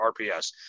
RPS